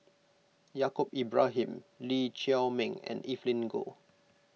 Yaacob Ibrahim Lee Chiaw Meng and Evelyn Goh